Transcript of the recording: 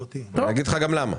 אני גם אומר לך למה.